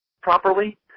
properly